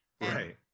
Right